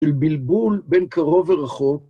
של בלבול בין קרוב ורחוק.